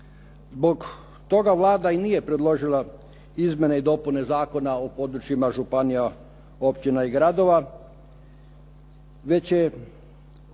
Zbog toga Vlada i nije predložila izmjene i dopune Zakona o područjima županija, općina i gradova, već je